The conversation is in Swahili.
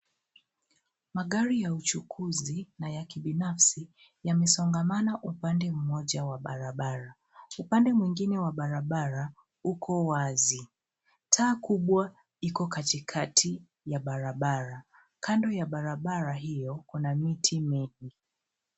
Magari ya uchukuzi na ya kibinafsi yamesongamana upande mmoja wa barabara. Upande mwingine wa barabara uko wazi. Taa kubwa iko katikati ya barabara. Kando ya barabara iyo kuna miti mengi.